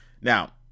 Now